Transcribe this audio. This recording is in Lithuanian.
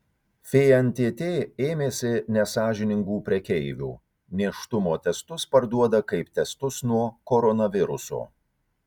fntt ėmėsi nesąžiningų prekeivių nėštumo testus parduoda kaip testus nuo koronaviruso